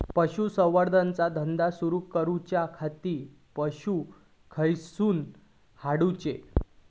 पशुसंवर्धन चा धंदा सुरू करूच्या खाती पशू खईसून हाडूचे?